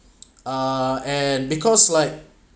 uh and because like